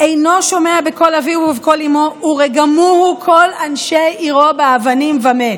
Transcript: איננו שמע בקול אביו ובקול אמו ורגמהו כל אנשי עירו באבנים ומת".